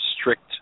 strict